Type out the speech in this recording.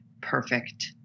perfect